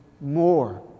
more